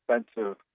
expensive